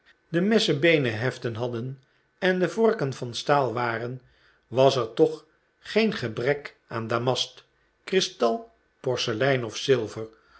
de messen beenen heften hadden en de vorken van staal waren was er toch geen gebrek aan damast kristal porselein of zilver